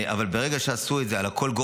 ברגע שעשו את זה על הכול,